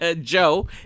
joe